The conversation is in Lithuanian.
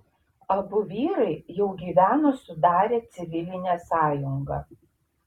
abu vyrai jau gyveno sudarę civilinę sąjungą